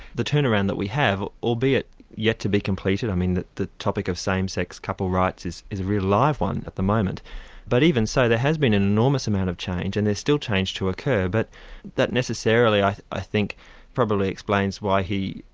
the turnaround that we have, albeit yet to be completed i mean the the topic of same-sex couple rights is a really live one at the moment but even so, there has been an enormous amount of change, and there's still change to occur, but that necessarily i i think probably explains why he,